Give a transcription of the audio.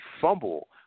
fumble